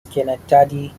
schenectady